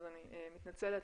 אני מתנצלת,